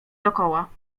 dokoła